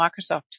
Microsoft